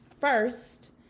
First